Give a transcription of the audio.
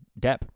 Depp